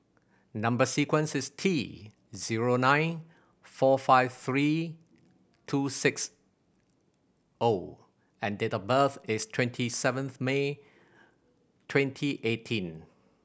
number sequence is T zero nine four five three two six O and date of birth is twenty seventh May twenty eighteen